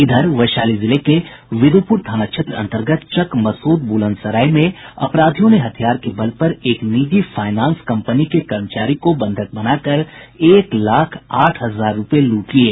इधर वैशाली जिले के विदुपुर थाना क्षेत्र अंतर्गत चकमसूद ब्रलनसराय में अपराधियों ने हथियार के बल पर एक निजी फाईनांस कंपनी के कर्मचारी को बंधक बनाकर एक लाख आठ हजार रुपये लूट लिये